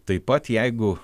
taip pat jeigu